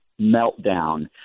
meltdown